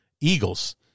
Eagles